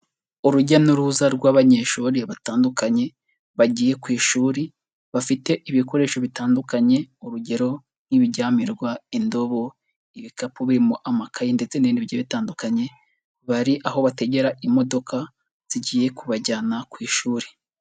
Urujya n'uruza rw'abanyeshuri batandukanye, bagiye ku ishuri, bafite ibikoresho bitandukanye, urugero nk'ibiryamirwa, indobo, ibikapu birimo amakayi ndetse n'ibindi bigiye bitandukanye, bari aho bategera imodoka, zigiye kubajyana ku ishuri.